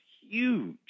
huge